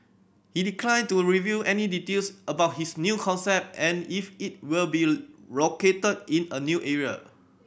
he declined to reveal any details about his new concept and if it will be located in a new area